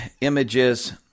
images